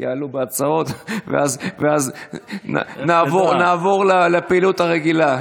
יעלו בהצעות ואז נעבור לפעילות הרגילה.